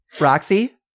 Roxy